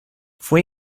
fue